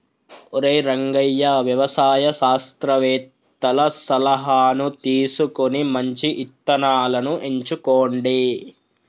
ఒరై రంగయ్య వ్యవసాయ శాస్త్రవేతల సలహాను తీసుకొని మంచి ఇత్తనాలను ఎంచుకోండి